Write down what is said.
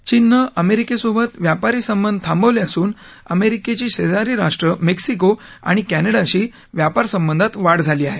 चीननं अमेरिकेसोबत व्यापारी संबंध थांबवले असून अमेरिकेची शेजारी राष्ट्र मेक्सिको आणि क्निडाशी व्यापारसंबंधात वाढ झाली आहे